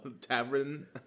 tavern